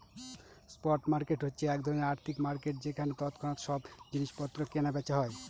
spot market হচ্ছে এক ধরনের আর্থিক মার্কেট যেখানে তৎক্ষণাৎ সব জিনিস পত্র কেনা বেচা হয়